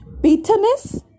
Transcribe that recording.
bitterness